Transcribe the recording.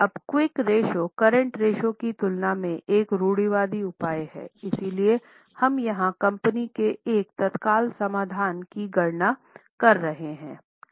अब quick ratio current ratio की तुलना में एक रूढ़िवादी उपाय है इसलिए हम यहां कंपनी के एक तत्काल समाधान की गणना कर रहे है